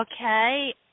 Okay